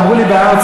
אמרו לי שבהר-ציון,